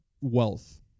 wealth